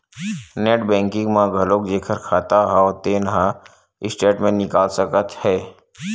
net banking म घलोक जेखर खाता हव तेन ह स्टेटमेंट निकाल सकत हे